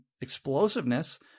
explosiveness